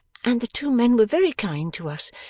and the two men were very kind to us,